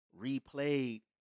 replayed